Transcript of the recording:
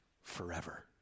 forever